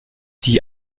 die